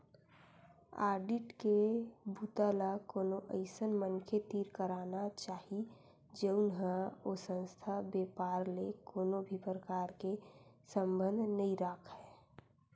audit के बूता ल कोनो अइसन मनखे तीर कराना चाही जउन ह ओ संस्था, बेपार ले कोनो भी परकार के संबंध नइ राखय